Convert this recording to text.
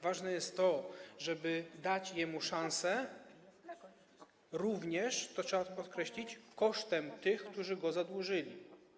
Ważne jest to, żeby dać mu szansę również - to trzeba podkreślić - kosztem tych, którzy go zadłużyli.